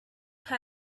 her